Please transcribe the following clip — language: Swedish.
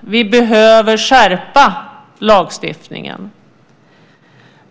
vi behöver skärpa lagstiftningen.